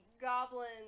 goblins